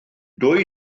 dwy